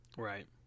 Right